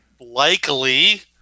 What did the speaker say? likely